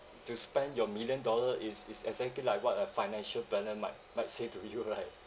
to spend your million dollar is is exactly like what a financial planner might might say to you right